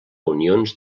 unions